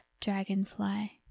dragonfly